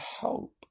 help